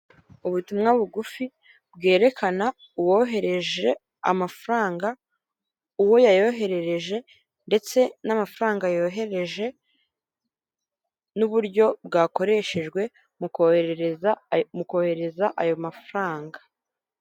Ubutumwa bugufi bwerekana uwoherereje amafaranga, uwo yayoherereje ndetse n'amafaranga yoheje, n'uburyo bwakoreshejwe mu koherereza mu kohereza ayo mafaranga.